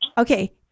Okay